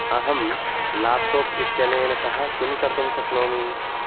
अहं लाप्टोप् इत्यनेन सह किं कर्तुं शक्नोमि